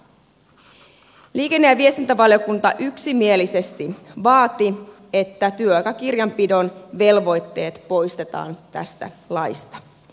liikenne ja viestintävaliokunta yksimielisesti vaati että työaikakirjanpidon velvoitteet poistetaan tästä laista